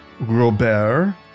Robert